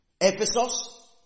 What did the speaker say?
Ephesus